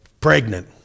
pregnant